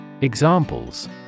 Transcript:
Examples